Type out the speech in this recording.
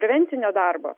prevencinio darbo